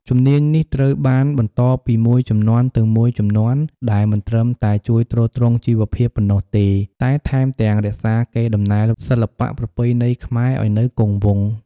ជំនាញនេះត្រូវបានបន្តពីមួយជំនាន់ទៅមួយជំនាន់ ដែលមិនត្រឹមតែជួយទ្រទ្រង់ជីវភាពប៉ុណ្ណោះទេ តែថែមទាំងរក្សាកេរដំណែលសិល្បៈប្រពៃណីខ្មែរឱ្យនៅគង់វង្ស។